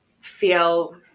feel